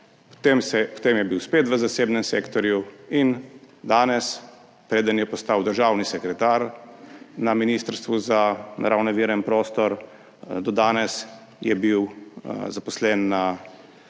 potem je bil spet v zasebnem sektorju in danes, preden je postal državni sekretar na Ministrstvu za naravne vire in prostor, do danes je bil zaposlen na